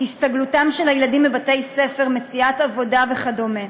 הסתגלותם של הילדים בבתי-ספר, מציאת עבודה וכדומה.